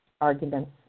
arguments